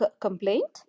complaint